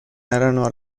erano